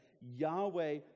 Yahweh